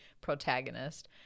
protagonist